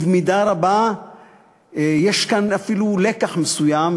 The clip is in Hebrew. במידה רבה יש כאן אפילו לקח מסוים,